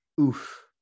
Oof